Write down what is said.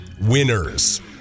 winners